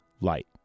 light